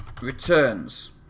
returns